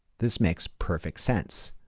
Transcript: this makes perfect sense.